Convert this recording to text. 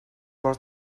бор